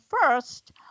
first